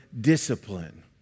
discipline